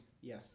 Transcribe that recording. yes